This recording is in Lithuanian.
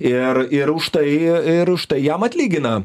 ir ir už tai ir už tai jam atlygina